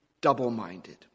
double-minded